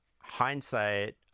hindsight